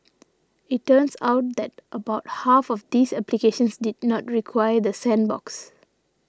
it turns out that about half of these applications did not require the sandbox